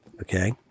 Okay